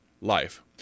life